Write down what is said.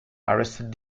arrested